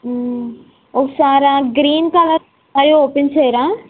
ఒకసారి ఆ green colour sari open చేయరా